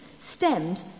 stemmed